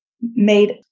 made